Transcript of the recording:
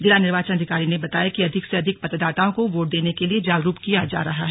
जिला निर्वाचन अधिकारी ने बताया कि अधिक से अधिक मतदाताओं को वोट देने के लिए जागरूक किया जा रहा है